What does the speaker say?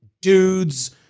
dudes